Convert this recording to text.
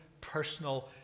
personal